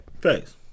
Thanks